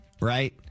right